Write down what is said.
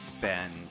Ben